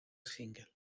single